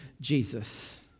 Jesus